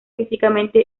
físicamente